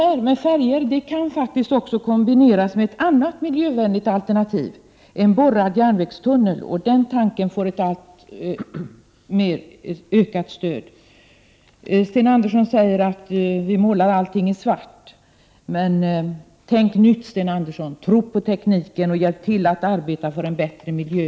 Färjor kan faktiskt kombineras med ett annat miljövänligt alternativ: en borrad järnvägstunnel. Tanken på en sådan får ett alltmer ökat stöd. Sten Andersson säger att vi målar allting i svart. Men tänk nytt, Sten Andersson, tro på tekniken och hjälp till att arbeta för en bättre miljö!